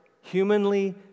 humanly